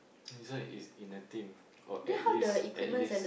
this one is in a team or at least at least